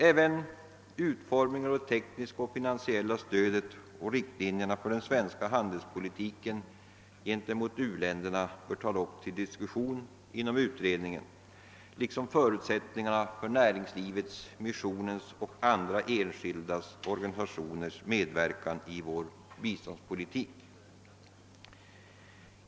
Även utformningen av det tekniska och finansiella stödet och riktlinjerna för den svenska handelspolitiken gentemot u-länderna bör tas upp till diskussion inom beredningen, liksom förutsättningarna för näringslivets, missionens och andra enskildas och organisationers medverkan i vår biståndspolitik.